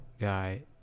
guy